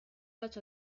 such